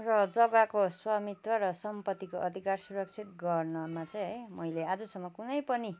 र जगाको स्वामित्व र सम्पतिको अधिकार सुरक्षित गर्नमा चाहिँ है मैले आजसम्म कुनै पनि